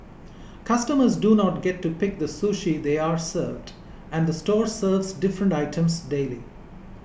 customers do not get to pick the sushi they are served and the store serves different items daily